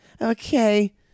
Okay